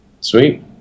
Sweet